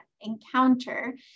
encounter